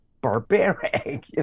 barbaric